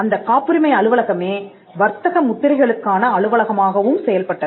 அந்தக் காப்புரிமை அலுவலகமே வர்த்தக முத்திரைகளுக்கான அலுவலகமாகவும் செயல்பட்டது